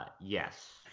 Yes